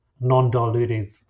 non-dilutive